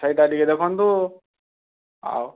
ସେଇଟା ଟିକେ ଦେଖନ୍ତୁ ଆଉ